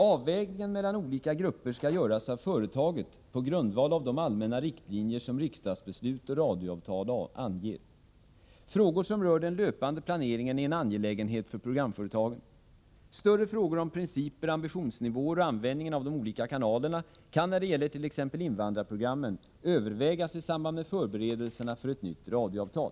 Avvägningen mellan olika grupper skall göras av företaget på grundval av de allmänna riktlinjer som riksdagsbeslut och radioavtal anger. Frågor som rör den löpande planeringen är en angelägenhet för programföretagen. Större frågor om principer, ambitionsnivåer och användningen av de olika kanalerna kan när det gäller t.ex. invandrarprogrammen övervägas i samband med förberedelserna för ett nytt radioavtal.